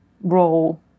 role